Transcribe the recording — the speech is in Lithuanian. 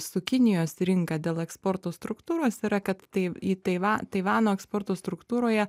su kinijos rinka dėl eksporto struktūros yra kad tai į taiva taivano eksporto struktūroje